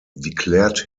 declared